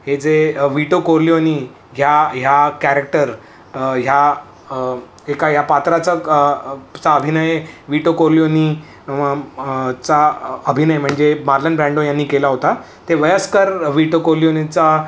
हे जे Vito Corleone ह्या ह्या कॅरेक्टर ह्या एका या पात्राचा क चा अभिनय विटो कोलिओनी चा अभिनय म्हणजे मार्लन ब्रँडो यांनी केला होता ते वयस्कर विटो कोलिओनीचा